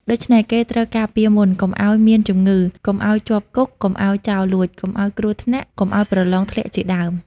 ដូច្នេះ គេត្រូវការពារមុន កុំឲ្យមានជំងឺ កុំឲ្យជាប់គុក កុំឲ្យចោរលួច កុំឲ្យគ្រោះថ្នាក់ កុំឲ្យប្រឡងធ្លាក់ជាដើម ។